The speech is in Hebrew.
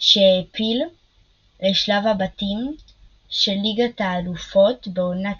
שהעפיל לשלב הבתים של ליגת האלופות בעונת